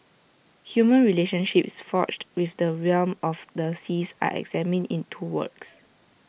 human relationships forged within the realm of the seas are examined in two works